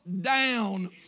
down